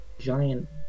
giant